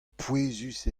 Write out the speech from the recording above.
pouezus